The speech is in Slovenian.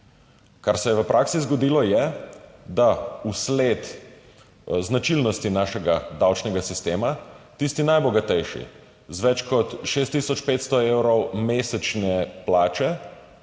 Kar se je v praksi zgodilo, je, da vsled značilnosti našega davčnega sistema tisti najbogatejši z več kot 6 tisoč 500 evri mesečne plače